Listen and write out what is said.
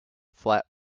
flap